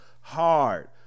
hard